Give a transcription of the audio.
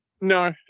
No